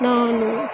ನಾನು